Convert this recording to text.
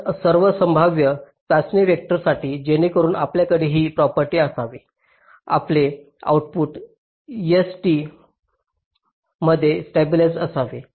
तर सर्व संभाव्य चाचणी वेक्टरंसाठी जेणेकरून आपल्याकडे ही प्रॉपर्टी असावी आपले आउटपुट S मध्ये स्टॅबिलिज्ड असावे